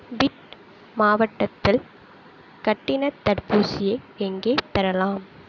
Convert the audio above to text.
bit மாவட்டத்தில் கட்டணத் தடுப்பூசியை எங்கே பெறலாம்